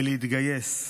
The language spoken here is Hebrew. ולהתגייס.